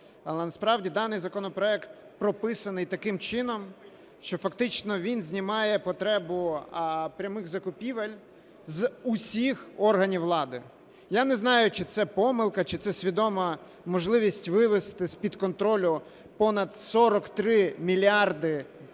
але насправді даний законопроект прописаний таким чином, що фактично він знімає потребу прямих закупівель з усіх органів влади. Я не знаю, чи це помилка, чи це свідома можливість вивести з-під контролю понад 43 мільярди бюджетних